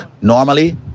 Normally